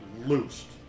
loosed